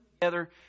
Together